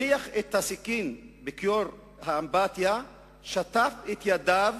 הניח את הסכין בכיור האמבטיה, שטף את ידיו,